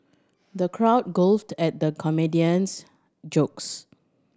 the crowd guffawed at the comedian's jokes